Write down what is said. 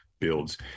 builds